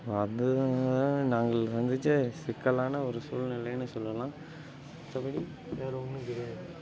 so அதுதான் தான் நாங்கள் சந்திச்ச சிக்கலான ஒரு சூழ்நிலைன்னு சொல்லலாம் மற்றபடி வேற ஒன்றும் கிடையாது